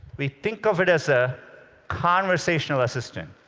we think of it as a conversational assistant.